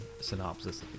synopsis